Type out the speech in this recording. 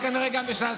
וכנראה גם בש"ס,